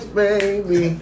baby